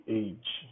age